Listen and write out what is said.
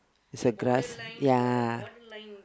is a grass ya